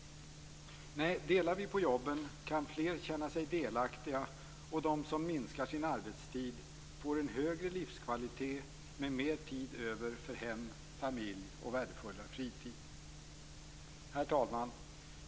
Nej, delar vi på jobben kan fler känna sig delaktiga, och de som minskar sin arbetstid får en högre livskvalitet med mer tid över för hem och familj, och de får en värdefullare fritid. Herr talman!